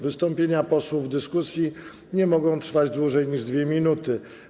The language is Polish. Wystąpienia posłów w dyskusji nie mogą trwać dłużej niż 2 minuty.